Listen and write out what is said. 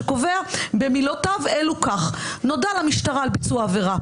שקובע במילותיו אלו כך: נודע למשטרה על ביצוע עבירה,